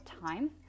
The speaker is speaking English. time